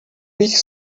bych